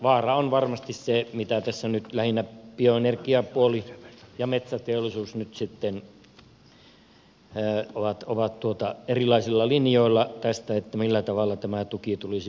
vaara on varmasti siinä mistä tässä lähinnä bioenergiapuoli ja metsäteollisuus nyt sitten ovat erilaisilla linjoilla millä tavalla tämä tuki tulisi muodostaa